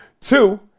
Two